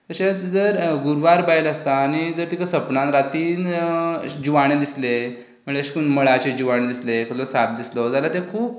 तशेंच जर गुरवार बायल आसता आनी जर तिका सपनान रातीन जिवाणें दिसलें म्हळ्यार अशें करून मळाचेर जिवाणें दिसलें जो साप दिसलो जाल्यार तें खूब